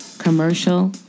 commercial